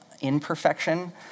imperfection